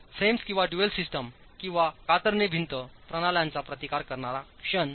frames किंवा dual system किंवा कातरणे भिंत प्रणाल्यांचा प्रतिकार करणारा क्षण